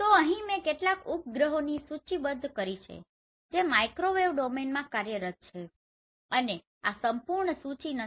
તો અહીં મેં કેટલાક ઉપગ્રહોની સૂચિબદ્ધ કરી છે જે માઇક્રોવેવ ડોમેનમાં કાર્યરત છે અને આ સંપૂર્ણ સૂચિ નથી